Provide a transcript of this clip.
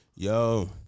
Yo